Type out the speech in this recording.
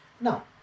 Now